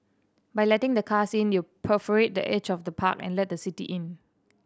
by letting the cars in you perforate the edge of the park and let the city in